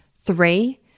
Three